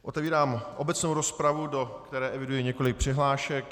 Otevírám obecnou rozpravu, do které eviduji několik přihlášek.